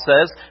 says